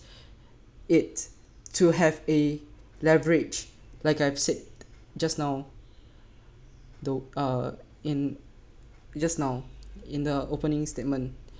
it to have a leverage like I've said just now though uh in just now in the opening statement